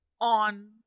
on